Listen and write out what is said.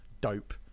dope